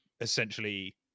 essentially